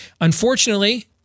Unfortunately